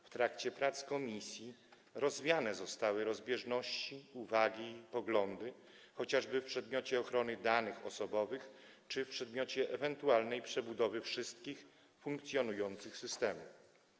W trakcie prac komisji rozwiane zostały wątpliwości, jeśli chodzi o rozbieżne uwagi i poglądy, chociażby w przedmiocie ochrony danych osobowych czy w przedmiocie ewentualnej przebudowy wszystkich funkcjonujących systemów.